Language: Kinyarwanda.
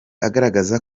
agaragaza